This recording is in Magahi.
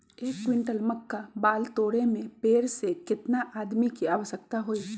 एक क्विंटल मक्का बाल तोरे में पेड़ से केतना आदमी के आवश्कता होई?